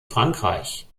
frankreich